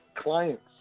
clients